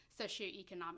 socioeconomic